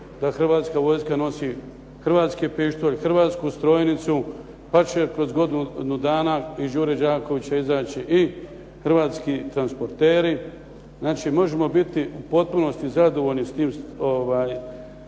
da Hrvatska vojska nosi hrvatski pištolj, hrvatsku strojnicu pa će kroz godinu dana iz "Đure Đakovića" izaći i hrvatski transporteri. Znači, možemo biti u potpunosti zadovoljni sa svim tim